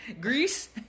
Greece